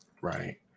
Right